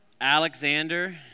Alexander